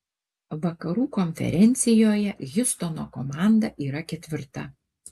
vakarų konferencijoje hjustono komanda yra ketvirta